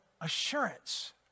assurance